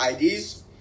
IDs